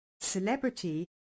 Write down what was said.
celebrity